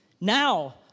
now